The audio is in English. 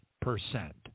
percent